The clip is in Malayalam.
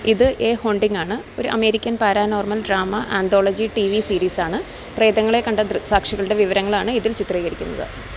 ഇത് എ ഹോണ്ടിങ് ആണ് ഒരു American paranormal drama anthology T V സീരീസാണ് പ്രേതങ്ങളെ കണ്ട ദൃക്സാക്ഷികളുടെ വിവരങ്ങളാണ് ഇതിൽ ചിത്രീകരിക്കുന്നത്